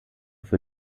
für